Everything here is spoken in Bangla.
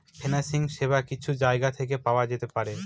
ফিন্যান্সিং সেবা কিছু জায়গা থেকে পাওয়া যেতে পারে